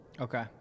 Okay